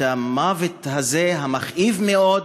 המוות הזה, המכאיב-מאוד,